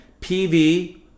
PV